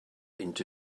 into